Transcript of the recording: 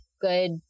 good